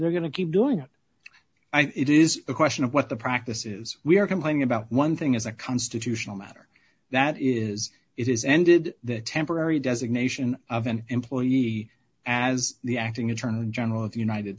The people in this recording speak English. e're going to keep doing it i think it is a question of what the practice is we are complaining about one thing as a constitutional matter that is it is any did the temporary designation of an employee as the acting attorney general of the united